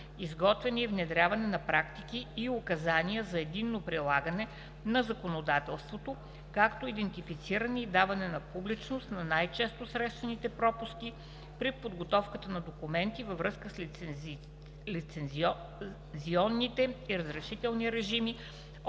изготвяне и внедряване на практики и указания за единно прилагане на законодателството, както и идентифициране и даване на публичност на най-често срещаните пропуски при подготовката на документи във връзка с лицензионните и разрешителни режими